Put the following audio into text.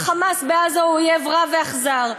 ה"חמאס" בעזה הוא אויב רע ואכזר,